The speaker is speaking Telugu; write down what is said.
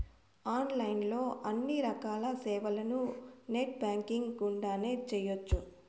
ఆన్లైన్ లో అన్ని రకాల సేవలను నెట్ బ్యాంకింగ్ గుండానే చేయ్యొచ్చు